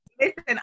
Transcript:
Listen